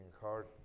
hard